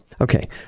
okay